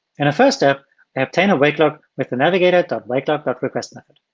and the first step we obtain a wake lock with the navigator wakelock but request method.